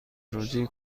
روزی